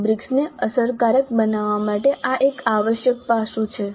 રુબ્રિક્સને અસરકારક બનાવવા માટે આ એક આવશ્યક પાસું છે